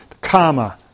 karma